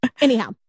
Anyhow